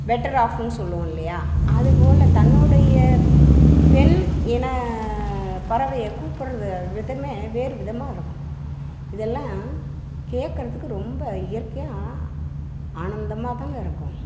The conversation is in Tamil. பெட்டர் ஆஃப்னு சொல்லுவோம் இல்லையா அது போல் தன்னுடைய பெண் இன பறவையை கூப்பிட்றது விதமே வேறு விதமாக இருக்கும் இதெல்லாம் கேட்குறதுக்கு ரொம்ப இயற்கையாக ஆனந்தமாக தாங்க இருக்கும்